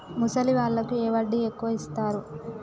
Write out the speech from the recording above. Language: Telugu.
ముసలి వాళ్ళకు ఏ వడ్డీ ఎక్కువ ఇస్తారు?